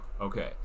Okay